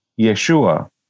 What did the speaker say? Yeshua